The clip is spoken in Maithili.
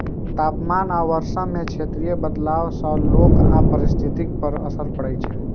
तापमान आ वर्षा मे क्षेत्रीय बदलाव सं लोक आ पारिस्थितिकी पर असर पड़ै छै